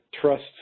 trust